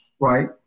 right